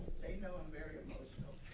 know i'm very emotional